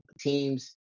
teams